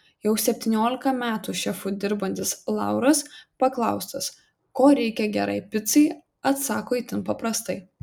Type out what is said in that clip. jau septyniolika metų šefu dirbantis lauras paklaustas ko reikia gerai picai atsako itin paprastai